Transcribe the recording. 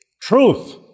truth